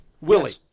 Willie